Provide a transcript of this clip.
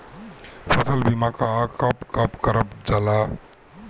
फसल बीमा का कब कब करव जाला?